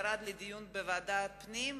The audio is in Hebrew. ירד לדיון בוועדת הפנים,